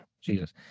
Jesus